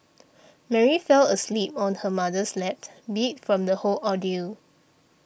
Mary fell asleep on her mother's lap beat from the whole ordeal